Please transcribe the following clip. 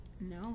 No